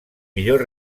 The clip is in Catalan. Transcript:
millor